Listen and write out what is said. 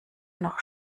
noch